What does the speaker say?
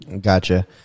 Gotcha